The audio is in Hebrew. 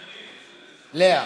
לאה,